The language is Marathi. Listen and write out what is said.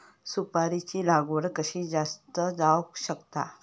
सुपारीची लागवड कशी जास्त जावक शकता?